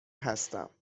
هستم